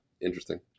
interesting